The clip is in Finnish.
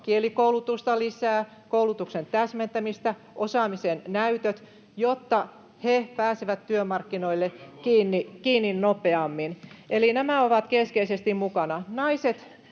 Kielikoulutusta lisää, koulutuksen täsmentämistä, osaamisen näytöt, jotta he pääsevät työmarkkinoille kiinni nopeammin. Nämä ovat keskeisesti mukana. Myös